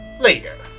later